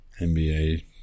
NBA